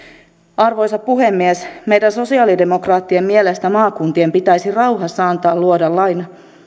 arvoisa puhemies meidän sosiaalidemokraattien mielestä maakuntien pitäisi antaa rauhassa luoda lain